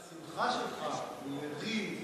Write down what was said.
שהשמחה שלך לריב,